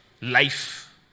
life